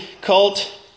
cult